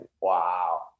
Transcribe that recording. wow